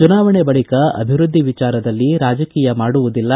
ಚುನಾವಣೆ ಬಳಕ ಅಭಿವೃದ್ಧಿ ವಿಚಾರದಲ್ಲಿ ರಾಜಕೀಯ ಮಾಡುವುದಿಲ್ಲ